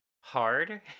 hard